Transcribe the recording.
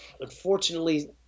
Unfortunately